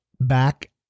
back